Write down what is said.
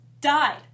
died